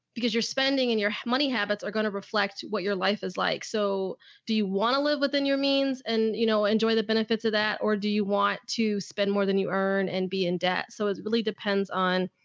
because you're spending in your money habits are going to reflect what your life is like. so do you want to live within your means and you know, enjoy the benefits of that? or do you want to spend more than you earn and be in debt? so it really depends on.